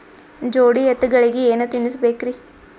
ಜೋಡಿ ಎತ್ತಗಳಿಗಿ ಏನ ತಿನಸಬೇಕ್ರಿ?